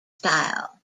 style